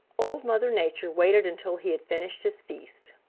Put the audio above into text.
old mother nature waited until he had finished his feast.